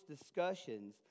discussions